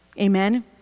Amen